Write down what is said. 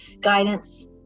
guidance